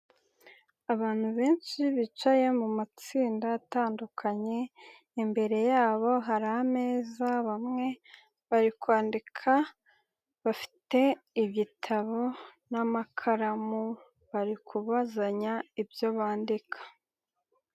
Abantu benshi bicaye mu matsinda atandukanye imbere yabo hari ameza bamwe bari kwandika bafite ibitabo n'amakaramu bari kubazanya ibyo bandika.